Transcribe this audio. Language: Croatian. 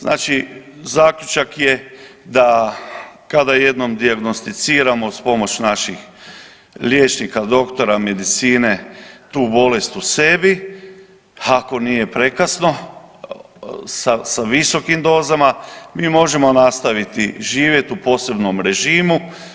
Znači zaključak je da kada jednom dijagnosticiramo uz pomoć naših liječnika, doktora medicine tu bolest u sebi, ako nije prekasno sa visokim dozama mi možemo nastaviti živjeti u posebnom režimu.